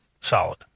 solid